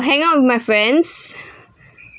hang out with my friends